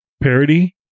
parody